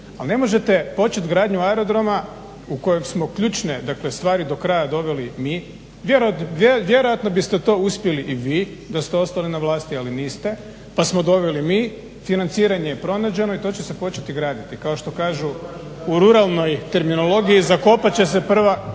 ali ne možete počet gradnju aerodroma u kojem smo ključne dakle stvari do kraja doveli mi, vjerojatno biste to uspjeli i vi da ste ostali na vlasti ali niste pa smo doveli mi, financiranje je pronađeno i to će se početi graditi. Kao što kažu u ruralnoj terminologiji, zakopat će se prva